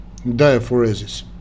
diaphoresis